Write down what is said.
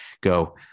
go